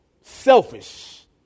Selfish